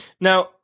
Now